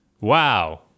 Wow